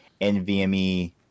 NVMe